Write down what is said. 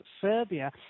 Serbia